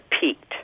peaked